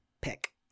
pick